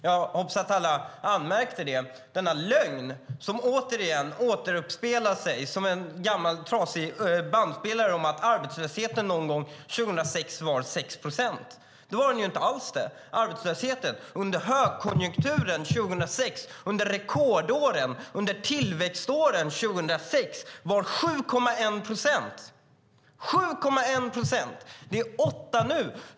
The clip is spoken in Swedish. Jag hoppas att alla märkte denna lögn som återigen upprepades - det är som en gammal trasig bandspelare - om att arbetslösheten 2006 var 6 procent. Det var den inte alls. Arbetslösheten var 2006, då det var högkonjunktur, rekordår och tillväxtår, 7,1 procent. Det är 8 nu.